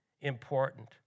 important